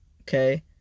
Okay